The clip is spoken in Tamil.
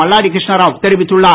மல்லாடி கிருஷ்ணராவ் தெரிவித்துள்ளார்